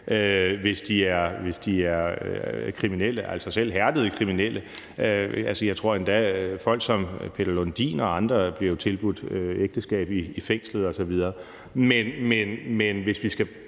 hvis de er kriminelle, selv hærdede kriminelle. Jeg tror endda, at folk som Peter Lundin og andre jo bliver tilbudt ægteskab i fængslet osv.